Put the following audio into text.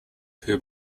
who